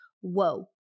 Whoa